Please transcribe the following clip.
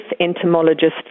entomologist